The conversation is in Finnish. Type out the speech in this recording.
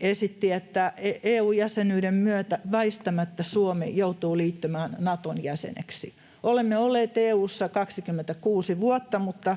esitti, että EU-jäsenyyden myötä väistämättä Suomi joutuu liittymään Naton jäseneksi. Olemme olleet EU:ssa 26 vuotta, mutta